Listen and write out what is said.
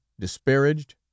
Disparaged